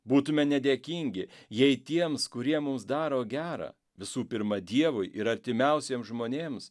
būtume nedėkingi jei tiems kurie mums daro gera visų pirma dievui ir artimiausiems žmonėms